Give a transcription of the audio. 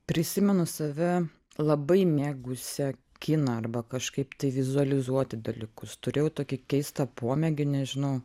prisimenu save labai mėgusią kiną arba kažkaip tai vizualizuoti dalykus turėjau tokį keistą pomėgį nežinau